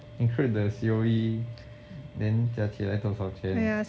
include the C_O_E then 加起来多少钱